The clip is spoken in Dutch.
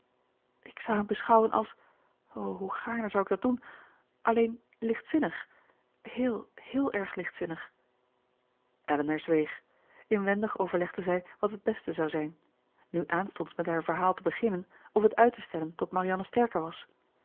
ik zou hem beschouwen als o hoe gaarne zou ik dat doen alleen lichtzinnig heel heel erg lichtzinnig elinor zweeg inwendig overlegde zij wat het beste zou zijn nu aanstonds met haar verhaal te beginnen of het uit te stellen tot marianne sterker was